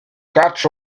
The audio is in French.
catch